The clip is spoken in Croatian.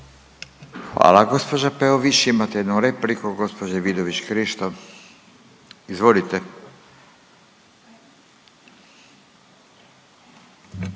Hvala gospođo Peović, imate jednu repliku gospođe Vidović Krišto. Izvolite.